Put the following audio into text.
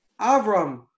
Avram